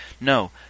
No